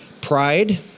Pride